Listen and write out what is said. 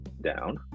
down